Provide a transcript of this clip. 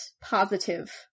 positive